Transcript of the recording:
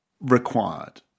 required